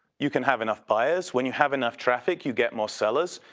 you can have enough buyers. when you have enough traffic, you get more sellers.